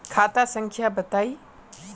खाता संख्या बताई?